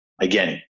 Again